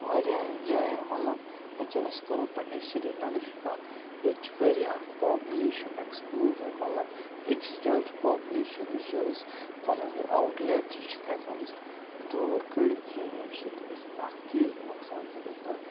واریاہَن جایَن مطلب أکیٛاہ أسۍ کَرو پَنٛنہِ سرینَگَرٕچ کَتھ ییٚتہِ چھُ واریاہ پاپُلیشَن اٮ۪کٕسپٕلوجَن مطلب أکۍسٕے جایہِ چھُ پاپُلیشَن یُس یہِ أسۍ پَنُن یہِ آوُٹ لٮ۪ٹ یہِ چھِنہٕ ہٮ۪کان أسۍ دوٗر کٔڑِتھ کِہیٖنۍ ییٚمہِ سۭتۍ أسۍ اَکھ چیٖز نۄقصان چھِ گژھان